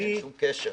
אין שום קשר.